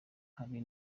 hari